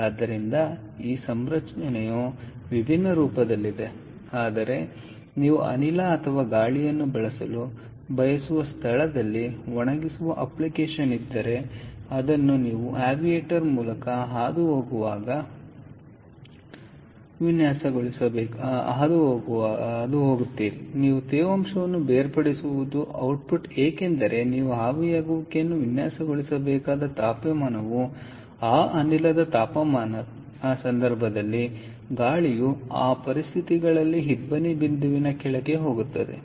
ಆದ್ದರಿಂದ ಈ ಸಂರಚನೆಯು ವಿಭಿನ್ನ ರೂಪದಲ್ಲಿದೆ ಆದರೆ ನೀವು ಅನಿಲ ಅಥವಾ ಗಾಳಿಯನ್ನು ಬಳಸಲು ಬಯಸುವ ಸ್ಥಳದಲ್ಲಿ ಒಣಗಿಸುವ ಅಪ್ಲಿಕೇಶನ್ ಇದ್ದರೆ ನೀವು ಅದನ್ನು ಆವಿಯೇಟರ್ ಮೂಲಕ ಹಾದುಹೋಗುವಾಗ ಮೊದಲು ಅದನ್ನು ಬಾಷ್ಪೀಕರಣದ ಮೂಲಕ ಹಾದುಹೋಗುತ್ತೀರಿ ನೀವು ತೇವಾಂಶವನ್ನು ಬೇರ್ಪಡಿಸಬಹುದು ಏಕೆಂದರೆ ನೀವು ಆವಿಯಾಗುವಿಕೆಯನ್ನು ವಿನ್ಯಾಸಗೊಳಿಸಬೇಕಾದ ತಾಪಮಾನವು ಆ ಅನಿಲದ ತಾಪಮಾನ ಈ ಸಂದರ್ಭದಲ್ಲಿ ಗಾಳಿಯು ಆ ಪರಿಸ್ಥಿತಿಗಳಲ್ಲಿ ಇಬ್ಬನಿ ಬಿಂದುವಿನ ಕೆಳಗೆ ಹೋಗುತ್ತದೆ